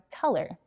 color